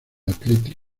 athletic